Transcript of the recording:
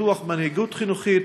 פיתוח מנהיגות חינוכית,